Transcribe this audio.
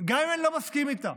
גם אם אני לא מסכים איתה,